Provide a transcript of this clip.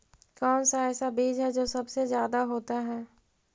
कौन सा ऐसा बीज है जो सबसे ज्यादा होता है?